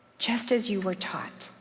just as you were taught.